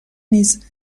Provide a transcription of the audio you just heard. نیز